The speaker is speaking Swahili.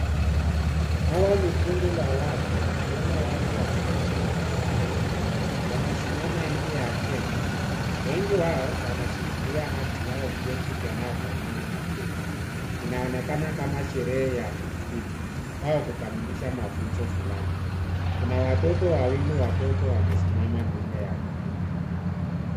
Hawa ni kundi la watu wakiwemo watu wazima na watoto wamesimama nje ya jengo wengi wao wanashikilia hadhi yao vyeti vinavyofanana na cheti inaonekana kama sherehe ya kumtimu au kukamilisha mafunzo fulani kuna watoto wawili wadogo wamesimama mbele ya kikundi.